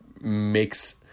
makes